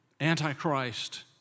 antichrist